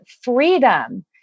freedom